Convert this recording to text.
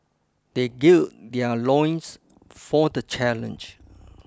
they gird their loins for the challenge